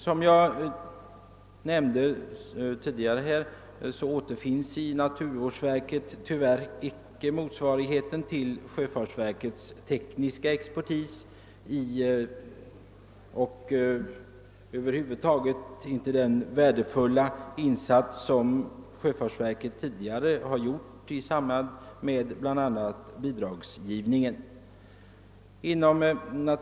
Som jag tidigare nämnde återfinns i naturvårdsverket tyvärr inte någon motsvarighet till sjöfartsverkets tekniska expertis, och över huvud taget kan man heller inte återfinna den värdefulla insats som sjöfartsverket tidigare har gjort i samband med bl.a. bidragsgivningen.